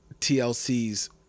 TLC's